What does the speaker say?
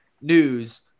news